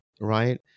right